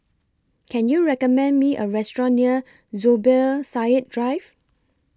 Can YOU recommend Me A Restaurant near Zubir Said Drive